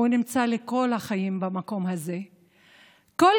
נמצא במקום הזה לכל החיים.